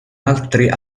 altri